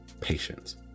patience